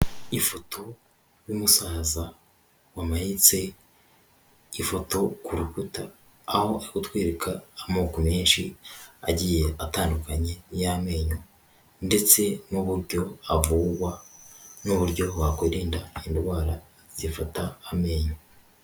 Ifoto y'umusaza wamanitse ifoto ku rukuta, aho ari kutwereka amoko menshi agiye atandukanye y'amenyo ndetse n'uburyo avurwa n'uburyo wakwirinda indwara zifata amenyo.